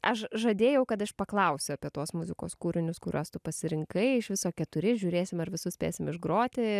aš žadėjau kad aš paklausiu apie tuos muzikos kūrinius kuriuos tu pasirinkai iš viso keturi žiūrėsim ar visus spėsim išgroti